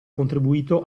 contribuito